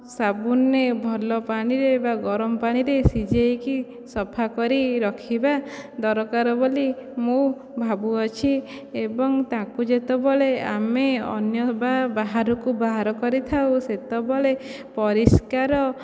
ସାବୁନରେ ଭଲ ପାଣିରେ ବା ଗରମ ପାଣିରେ ସିଝାଇକି ସଫା କରି ରଖିବା ଦରକାର ବୋଲି ମୁଁ ଭାବୁଅଛି ଏବଂ ତାଙ୍କୁ ଯେତେବେଳେ ଆମେ ଅନ୍ୟ ବା ବାହାରକୁ ବାହାର କରିଥାଉ ସେତେବେଳେ ପରିଷ୍କାର